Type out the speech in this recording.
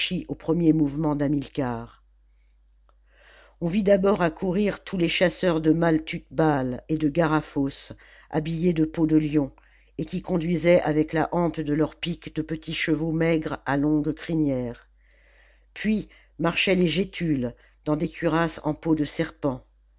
au premier mouvement d'hamilcar on vit d'abord accourir tous les chasseurs du malethuth baal et du garaphos habillés de peaux de lion et qui conduisaient avec la hampe de leurs piques de petits chevaux maigres à longue crinière puis marchaient les gétules dans des cuirasses en peau de serpent